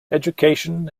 education